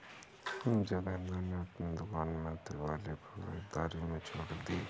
जोगिंदर ने अपनी दुकान में दिवाली पर खरीदारी में छूट दी